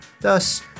Thus